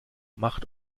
macht